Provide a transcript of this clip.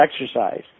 exercise